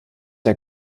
der